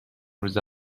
روز